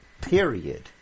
period